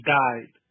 died